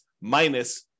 minus